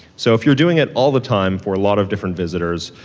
so if you're doing it all the time for a lot of different visitors,